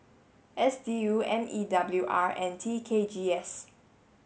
S D U M E W R and T K G S